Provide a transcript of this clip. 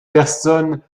personne